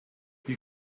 you